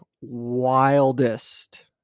wildest